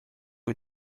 kui